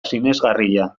sinesgarria